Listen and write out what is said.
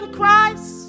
Christ